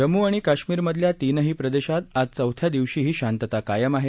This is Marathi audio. जम्मू आणि कश्मीरमधल्या तीनही प्रदेशात आज चौथ्या दिवशीही शांतता कायम आहे